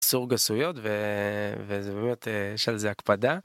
סורגסויות וזוויות יש על זה הקפדה